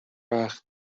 وقت